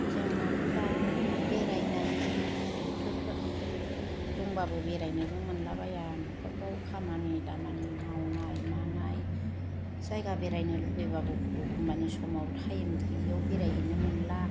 जोंनाथ' दा बेरायनायनि बोथोर दंबाबो बेरायनोबो मोनलाबाया न'खरफ्राव खामानि दामानि मावनाय मानाय जायगा बेरायनो लुबैब्लाबो एखम्बानि समाव टाइम थोयियाव बेरायहैनो मोनला